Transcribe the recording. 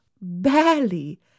barely